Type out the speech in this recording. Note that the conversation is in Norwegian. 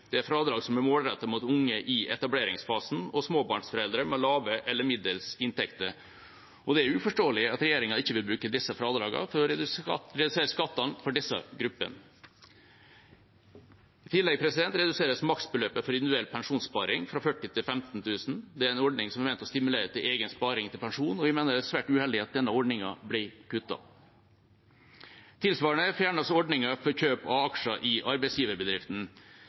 Det er fradrag som er målrettet mot unge i etableringsfasen og småbarnsforeldre med lave eller middels inntekter. Det er uforståelig at regjeringa ikke vil bruke disse fradragene til å redusere skattene for disse gruppene. I tillegg reduseres maksbeløpet for individuell pensjonssparing fra 40 000 kr til 15 000 kr. Det er en ordning som er ment å stimulere til egen sparing til pensjon, og jeg mener det er svært uheldig at denne ordningen blir kuttet. Tilsvarende fjernes ordninger for kjøp av aksjer i arbeidsgiverbedriften,